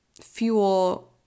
fuel